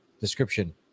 description